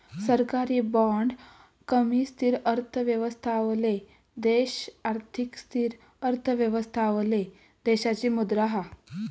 सरकारी बाँड कमी स्थिर अर्थव्यवस्थावाले देश अधिक स्थिर अर्थव्यवस्थावाले देशाची मुद्रा हा